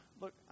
look